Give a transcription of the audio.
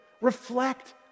Reflect